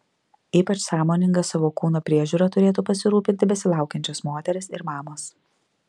ypač sąmoninga savo kūno priežiūra turėtų pasirūpinti besilaukiančios moterys ir mamos